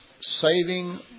saving